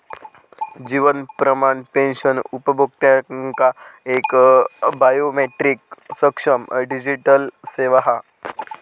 जीवन Pramaan pension उपभोक्त्यांका एक biometric सक्षम डिजीटल सेवा हा